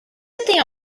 tem